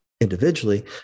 individually